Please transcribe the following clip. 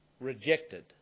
rejected